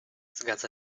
zgadza